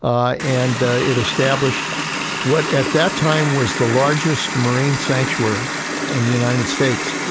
um and ah it established what at that time was the largest marine sanctuary in the united states.